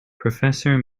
professor